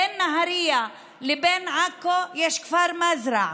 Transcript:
בין נהריה לבין עכו יש כפר מזרעה,